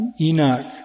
Enoch